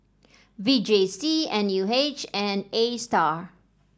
V J C N U H and Astar